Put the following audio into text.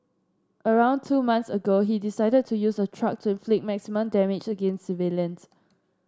around two months ago he decided to use a truck to inflict maximum damage against civilians